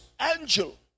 angel